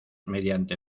mediante